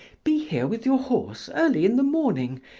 be here with your horse early in the morning,